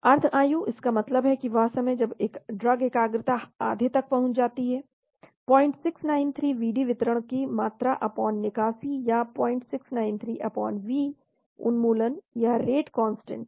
अर्द्ध आयु इसका मतलब है कि वह समय जब ड्रग एकाग्रता ½ पहुंच जाती है 0693 Vd वितरण की मात्रा निकासी या 0693 k उन्मूलन यह रेट कांस्टेंट है